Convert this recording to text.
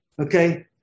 Okay